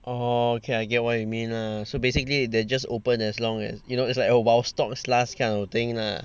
orh okay I get what you mean lah so basically they're just open as long as you know it's like a while stocks last kind of thing lah